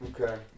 Okay